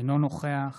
אינו נוכח